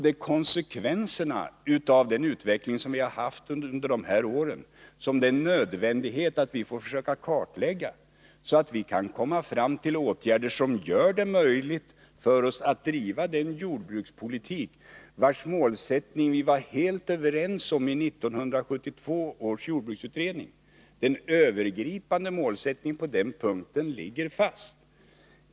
Det är konsekvenserna av den utveckling som vi har haft under dessa år som det är nödvändigt att försöka kartlägga, så att vi kan vidta åtgärder som gör det möjligt att driva den jordbrukspolitik vars målsättning vi var helt överens om i 1972 års jordbruksutredning. Den övergripande målsättningen ligger på den punkten fast.